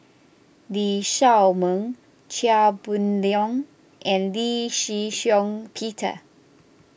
Lee Shao Meng Chia Boon Leong and Lee Shih Shiong Peter